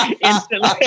Instantly